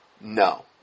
no